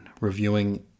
Reviewing